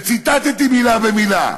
וציטטתי מילה במילה,